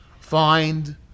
find